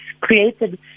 created